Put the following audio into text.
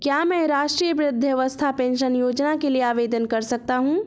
क्या मैं राष्ट्रीय वृद्धावस्था पेंशन योजना के लिए आवेदन कर सकता हूँ?